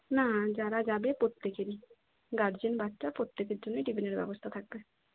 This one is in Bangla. না যারা যাবে প্রত্যেকেরই গার্জেন বাচ্চা প্রত্যেকের জন্যই টিফিনের ব্যবস্থা থাকবে